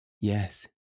Yes